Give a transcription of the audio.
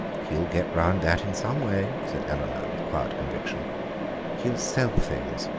he'll get round that in some way, said eleanor with quiet conviction he'll sell things.